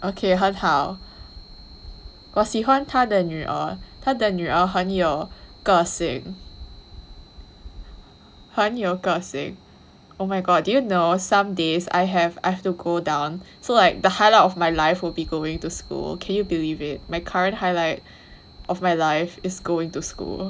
okay 很好我喜欢他的女儿他的女儿很有个性很有个性 oh my god do you know some days I have I have to go down so like the highlight of my life will be going to school can you believe it my current highlight of my life is going to school